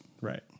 right